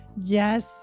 Yes